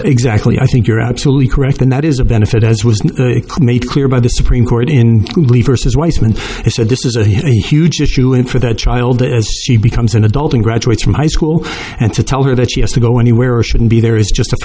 exactly i think you're absolutely correct and that is a benefit as was made clear by the supreme court in his weissman he said this is a huge issue in for their child as he becomes an adult and graduates from high school and to tell her that she has to go anywhere or shouldn't be there is just